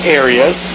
areas